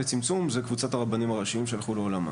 לצמצום זה קבוצת הרבנים הראשיים שהלכו לעולמם,